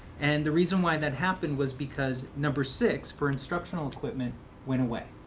and the reason why that happened was because number six for instructional equipment went away.